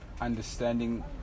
understanding